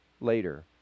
later